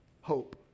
hope